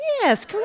Yes